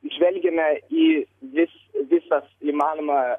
žvelgiame į vis visas įmanomą